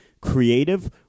creative